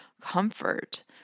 comfort